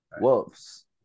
Wolves